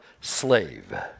slave